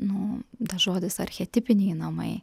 nu tas žodis archetipiniai namai